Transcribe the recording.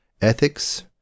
ethics